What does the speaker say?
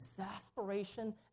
exasperation